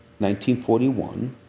1941